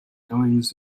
goings